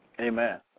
Amen